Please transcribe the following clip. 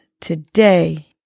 today